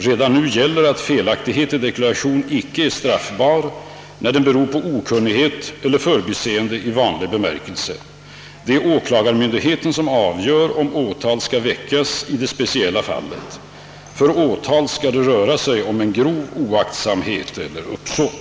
Redan nu gäller att felaktighet i deklaration inte är straffbar, när den beror på okunnighet eller förbiseende i vanlig bemärkelse. Det är åklagarmyndigheten som avgör om åtal skall väckas i det speciella fallet. För åtal skall det röra sig om grov oaktsamhet eller uppsåt.